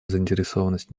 заинтересованность